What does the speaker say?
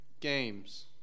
games